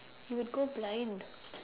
you would go blind